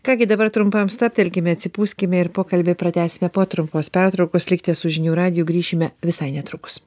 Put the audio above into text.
ką gi dabar trumpam stabtelkime atsipūskime ir pokalbį pratęsime po trumpos pertraukos likite su žinių radiju grįšime visai netrukus